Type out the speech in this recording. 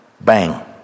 Bang